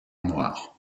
noire